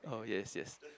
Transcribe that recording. oh yes yes